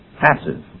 Passive